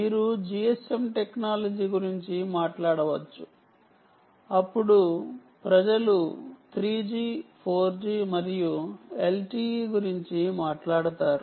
మీరు GSM technology గురించి మాట్లాడవచ్చు అప్పుడు ప్రజలు 3G 4G మరియు LTE గురించి మాట్లాడతారు